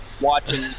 watching